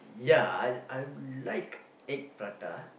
ya I I will like egg prata